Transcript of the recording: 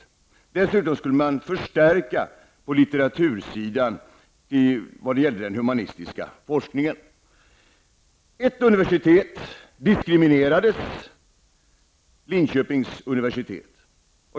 Dessutom skulle man förstärka på litteratursidan när det gällde den humanistiska forskningen. Linköpings universitet.